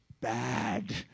bad